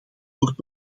wordt